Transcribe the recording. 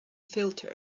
filter